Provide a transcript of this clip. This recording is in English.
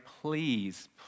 please